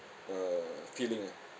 uh feeling ah